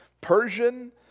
Persian